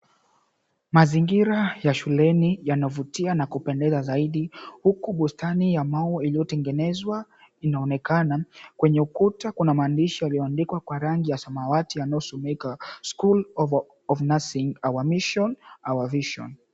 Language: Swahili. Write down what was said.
Mazingira ya shuleni yanavutia na kupendeza zaidi huku bustani ya maua iliyotengenezwa inaonekana .Kwenye ukuta kuna maandishi yaliyoandikwa kwa rangi ya samawati yanayosomeka, SCHOOL OF NURSING, OUR MISSION, OUR VISION.